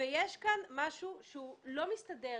יש כאן משהו שלא מתיישב.